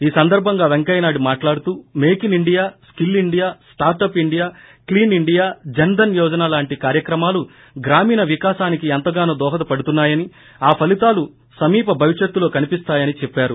ఈ సందర్బంగా వెంకయ్య నాయుడు మాట్లాడుతూ make in India skill India startup India clean India Jan Dhan Yojana లాంటి కార్యక్రమాలు గ్రామీణ వికాసానికే ఎంతగానో దోహదపడుతున్నాయని ఆ ఫలితాలు సమీప భవిష్యత్తులో కనిపిస్తాయని చెప్పారు